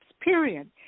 period